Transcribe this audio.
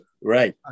right